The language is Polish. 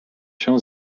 się